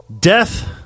Death